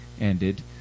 ended